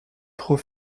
trop